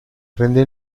prende